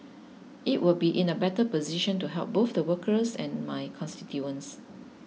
it will be in a better position to help both the workers and my constituents